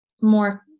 more